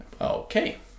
okay